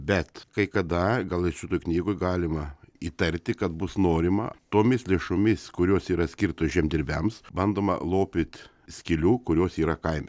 bet kai kada gal ir šitoj knygoj galima įtarti kad bus norima tomis lėšomis kurios yra skirtos žemdirbiams bandoma lopyti skylių kurios yra kaime